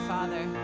Father